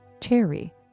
cherry